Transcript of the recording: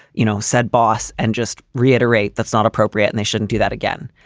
you know, said boss, and just reiterate, that's not appropriate and they shouldn't do that again.